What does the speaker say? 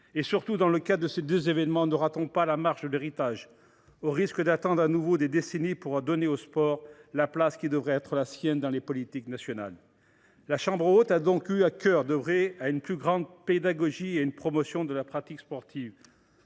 Surtout, dans le cadre de ces deux événements, ne ratons pas la marche de l’héritage, sous peine d’attendre à nouveau des décennies pour donner au sport la place qui devrait être la sienne dans les politiques nationales. La Chambre haute a eu à cœur d’œuvrer à une plus grande pédagogie et à une promotion de la pratique sportive.